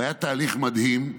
והיה תהליך מדהים.